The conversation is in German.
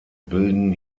bilden